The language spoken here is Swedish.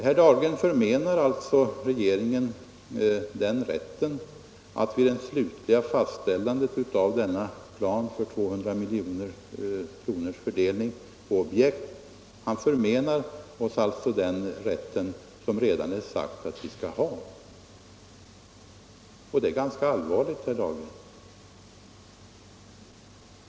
Herr Dahlgren förmenar alltså regeringen rätten —- som det redan är sagt att regeringen skall ha — att slutligt fastställa denna plan för fördelningen av de 200 miljonerna på olika objekt. Det är ganska allvarligt, herr Dahlgren!